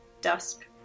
dusk